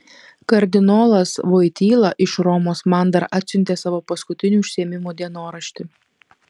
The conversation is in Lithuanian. kardinolas voityla iš romos man dar atsiuntė savo paskutinių užsiėmimų dienoraštį